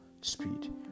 speed